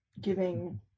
giving